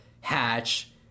hatch